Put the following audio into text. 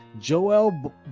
Joel